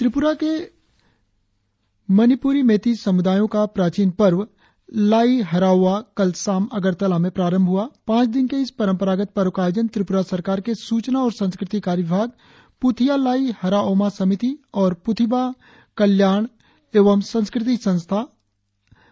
त्रिप्रा में मणिप्री मेती समुदायों का प्राचीन पर्व लाई हराओवा कल शाम अगरतला में आरंभ हुआ पांच दिन के इस परंपरागत पर्व का आयोजन त्रिपुरा सरकार के सूचना और संस्कृति कार्य विभाग पुथिया लाई हराओमा समिति और पुथिबा कल्याण एवं संकृति संस्था अगरतला ने संयुक्त रुप से किया है